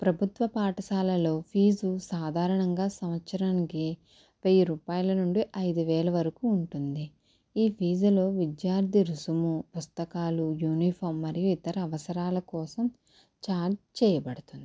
ప్రభుత్వ పాఠశాలలో ఫీజు సాధారణంగా సంవత్సరానికి వెయ్యి రూపాయల నుండి ఐదు వేలు వరకు ఉంటుంది ఈ ఫీజులో విద్యార్థి రుసుము పుస్తకాలు యూనిఫామ్ మరియు ఇతర అవసరాల కోసం ఛార్జ్ చేయబడుతుంది